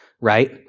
right